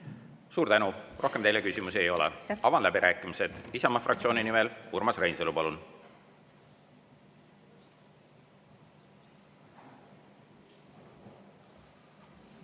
Suur tänu! Rohkem teile küsimusi ei ole. Avan läbirääkimised. Isamaa fraktsiooni nimel Urmas Reinsalu, palun!